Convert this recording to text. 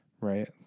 Right